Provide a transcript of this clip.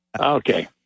Okay